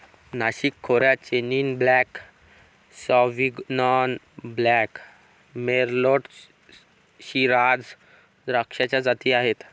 नाशिक खोऱ्यात chenin blanc, sauvignon blanc, merlot, shiraz द्राक्षाच्या जाती आहेत